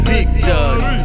Victory